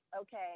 okay